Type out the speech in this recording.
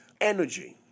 energy